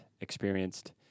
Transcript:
experienced